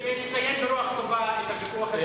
כדי לסיים ברוח טובה את הוויכוח הזה,